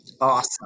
awesome